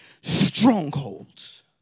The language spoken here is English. strongholds